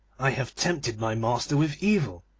i have tempted my master with evil,